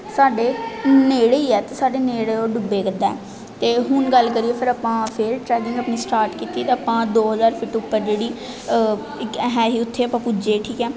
ਸਾਡੇ ਨੇੜੇ ਹੀ ਹੈ ਅਤੇ ਸਾਡੇ ਨੇੜੇ ਉਹ ਡੁੱਬਿਆ ਕਰਦਾ ਹੈ ਅਤੇ ਹੁਣ ਗੱਲ ਕਰੀਏ ਫਿਰ ਆਪਾਂ ਫਿਰ ਟਰੈਗਿੰਗ ਆਪਣੀ ਸਟਾਟ ਕੀਤੀ ਤਾਂ ਆਪਾਂ ਦੋ ਹਜ਼ਾਰ ਫਿਟ ਉੱਪਰ ਜਿਹੜੀ ਇੱਕ ਐਹੈਂ ਸੀ ਉੱਥੇ ਆਪਾਂ ਪੁੱਜੇ ਠੀਕ ਹੈ